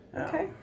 Okay